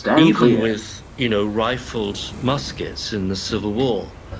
even with you know rifled muskets in the civil war,